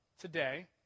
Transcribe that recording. today